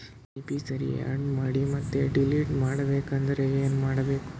Beneficiary, add ಮಾಡಿ ಮತ್ತೆ delete ಮಾಡಬೇಕೆಂದರೆ ಏನ್ ಮಾಡಬೇಕು?